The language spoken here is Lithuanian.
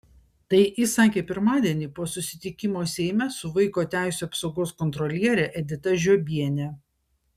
tai jis sakė pirmadienį po susitikimo seime su vaiko teisių apsaugos kontroliere edita žiobiene